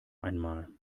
einmal